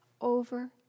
over